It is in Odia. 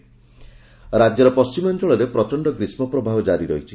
ପାଣିପାଗ ରାକ୍ୟର ପଶ୍କିମାଞଳରେ ପ୍ରଚଣ୍ଡ ଗ୍ରୀଷ୍ମ ପ୍ରବାହ ଜାରି ରହିଛି